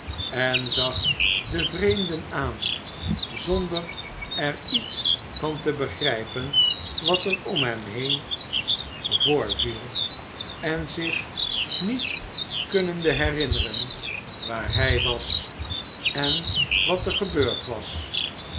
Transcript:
en zag de vreemden aan zonder er iets van te begrijpen wat er om hem heen voorviel en zich niet kunnende herinneren waar hij was en wat er gebeurd was